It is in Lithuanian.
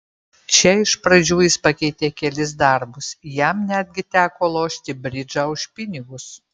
čia iš pradžių jis pakeitė kelis darbus jam netgi teko lošti bridžą už pinigus